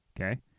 Okay